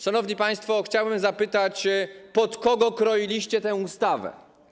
Szanowni państwo, chciałbym zapytać, pod kogo kroiliście tę ustawę.